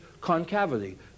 concavity